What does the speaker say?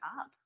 up